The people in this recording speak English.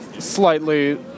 Slightly